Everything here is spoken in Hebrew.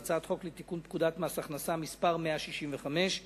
הצעת חוק לתיקון פקודת מס הכנסה (מס' 165)